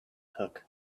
hook